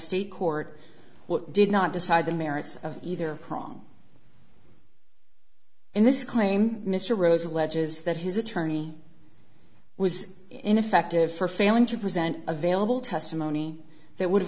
state court what did not decide the merits of either prong in this claim mr rose alleges that his attorney was ineffective for failing to present available testimony that would